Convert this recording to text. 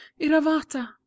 Iravata